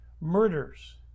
Murders